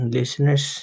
listeners